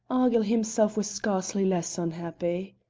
argyll himself was scarcely less unhappy.